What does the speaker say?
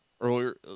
earlier